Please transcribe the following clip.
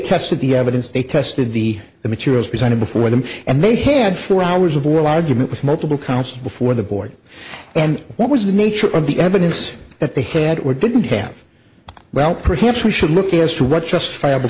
tested the evidence they tested the the materials presented before them and they had four hours of well argument with multiple counts before the board and what was the nature of the evidence that they had were didn't have well perhaps we should look as to what just fab